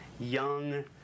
young